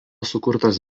sukurtas